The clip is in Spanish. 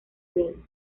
bell